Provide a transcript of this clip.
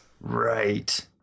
right